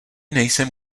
nejsem